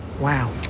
Wow